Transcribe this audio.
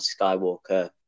Skywalker